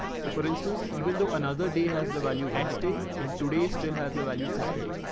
so for instance, even though another day has the value wednesday, and today's still has the value saturday.